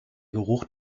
geruch